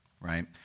right